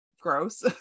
gross